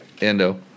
Endo